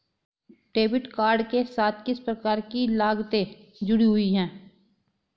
Debit card के साथ किस प्रकार की लागतें जुड़ी हुई हैं?